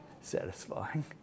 satisfying